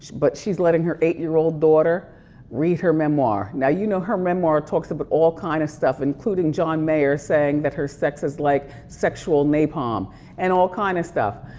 but she's letting her eight year old daughter read her memoir. now you know her memoir talks about but all kinds of stuff, including john mayer saying that her sex is like sexual napalm and all kinds of stuff.